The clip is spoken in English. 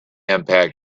impact